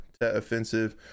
offensive